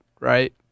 right